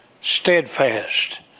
steadfast